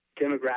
demographic